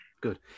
Good